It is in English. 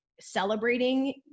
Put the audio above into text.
celebrating